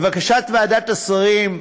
לבקשת ועדת השרים,